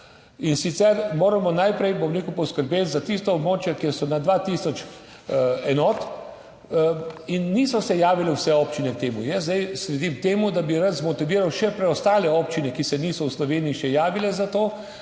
In sicer, moramo najprej, bom rekel, poskrbeti za tista območja, kjer so na 2000 enot, in niso se javile vse občine k temu, jaz zdaj sledim temu, da bi rad zmotiviral še preostale občine, ki se niso v Sloveniji še javile za to: